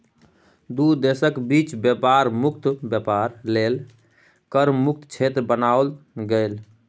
दू देशक बीच बेपार मुक्त बेपार लेल कर मुक्त क्षेत्र बनाओल गेल